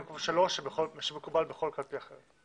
במקום שלוש, שמקובל בכל קלפי אחרת?